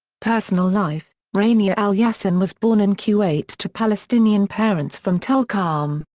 personal life rania al-yassin was born in kuwait to palestinian parents from tulkarm.